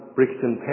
Brixton